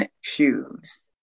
shoes